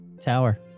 tower